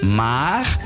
maar